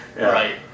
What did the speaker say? Right